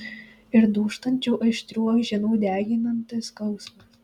ir dūžtančių aštrių aiženų deginantis skausmas